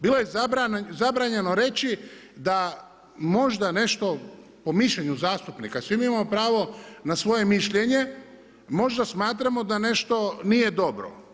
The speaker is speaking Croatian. Bilo je zabranjeno reći, da možda nešto po mišljenju zastupnika, svi mi imamo pravo na svoje mišljenje, možda smatramo da nešto nije dobro.